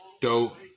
Dope